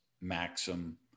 maxim